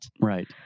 Right